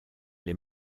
les